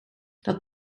dat